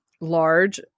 large